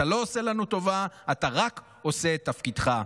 אתה לא עושה לנו טובה, אתה רק עושה את תפקידך.